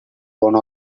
one